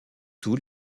tous